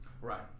right